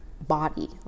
body